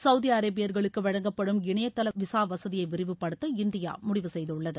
Saudi அரேபியர்களுக்கு வழங்கப்படும் இணையதள விசா வசதியை விரிவுப்படுத்த இந்தியா முடிவு செய்துள்ளது